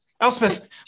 Elspeth